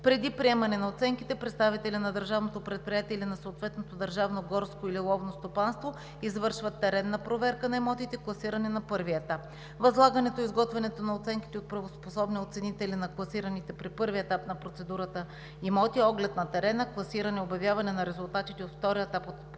Преди приемане на оценките представителят на Държавното предприятие или на съответното държавно горско или ловно стопанство извършва теренна проверка на имотите, класирани на първия етап. Възлагането и изготвянето на оценките от правоспособни оценители на класираните при първия етап на процедурата имоти, оглед на терена, класиране и обявяване на резултатите от втория етап от процедурата